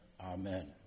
Amen